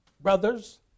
brothers